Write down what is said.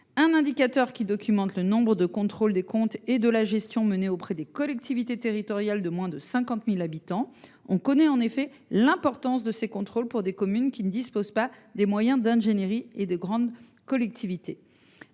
indicateur documenterait le nombre de contrôles des comptes et de la gestion menés auprès des collectivités territoriales de moins de 50 000 habitants. On connaît en effet l’importance de ces contrôles pour les communes ne disposant pas des moyens d’ingénierie des grandes collectivités.